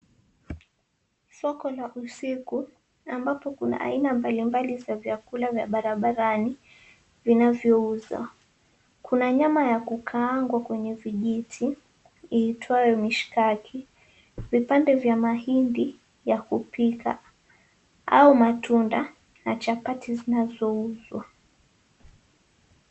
Soko la usiku ambapo kuna aina mbali mbali za vyakula za barabarani vinavyouzwa. Kuna nyama ya kukaangwa kwenye vijiti iitwayo mishikaki. Vipande vya mahindi ya kupika au matunda na chapati zinazouzwa.